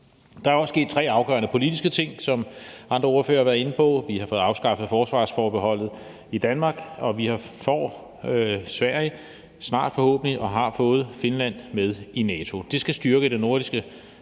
Der er også sket tre afgørende politiske ting, som andre ordførere har været inde på. Vi har fået afskaffet forsvarsforbeholdet i Danmark, og vi får forhåbentlig snart Sverige med i NATO og har fået Finland med. Det skal styrke det nordiske